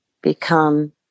become